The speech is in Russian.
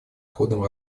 ходом